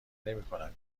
نمیکنم